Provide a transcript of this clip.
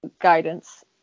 guidance